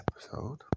episode